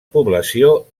població